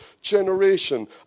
generation